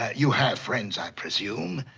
you have friends, i presume?